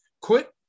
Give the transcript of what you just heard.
quit